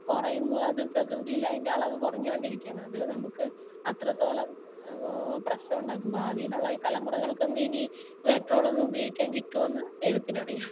കുറയുന്നു അത് പ്രകൃതിയിൽ അതിൻ്റെ അളവ് കുറഞ്ഞുകൊണ്ടിരിക്കുകയാണ് അത് നമുക്ക് അത്രത്തോളം പ്രശനമുണ്ടാക്കും ഭാവിയിലുള്ള ഈ തലമുറകൾക്കൊന്നും ഇനി പെട്രോളൊന്നും ഉപയോഗിക്കാൻ കിട്ടുമോ എന്ന് ദൈവത്തിനറിയാം